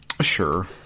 Sure